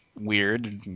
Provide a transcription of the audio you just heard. weird